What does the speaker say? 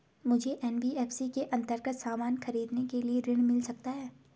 मुझे एन.बी.एफ.सी के अन्तर्गत सामान खरीदने के लिए ऋण मिल सकता है?